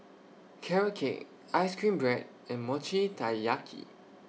Carrot Cake Ice Cream Bread and Mochi Taiyaki